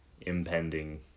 impending